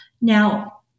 Now